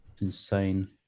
insane